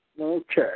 Okay